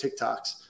TikToks